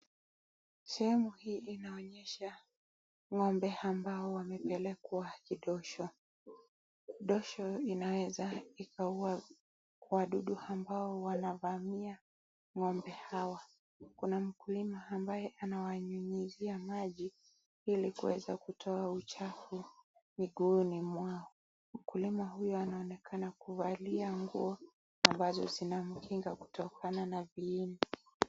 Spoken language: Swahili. Sehemu hii inaonyesha ng'ombe ambao wamepelekwa kidosho. Kidosho inaweza ikawa huua wadudu ambao wanavamia ng'ombe hawa. Kuna mkulima ambaye anawanyunyizia maji ili kuweza kutoa uchafu miguuni mwao. Mkulima huyu anaonekana kuvalia nguo ambazo zinamkinga kutokana na viini.